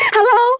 Hello